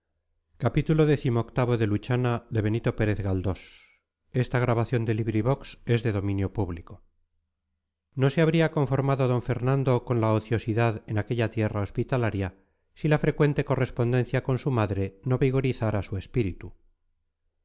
y elegancia no se habría conformado d fernando con la ociosidad en aquella tierra hospitalaria si la frecuente correspondencia con su madre no vigorizara su espíritu